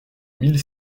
mille